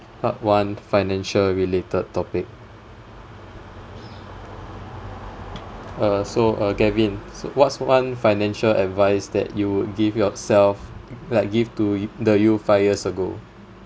part one financial related topic uh so uh gavin what's one financial advice that you would give yourself like give to y~ the you five years ago